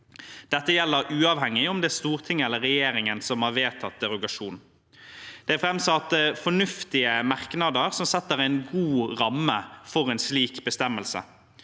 Dette gjelder uavhengig av om det er Stortinget eller regjeringen som har vedtatt derogasjonen. Det er framsatt fornuftige merknader som setter en god ramme for en slik bestemmelse.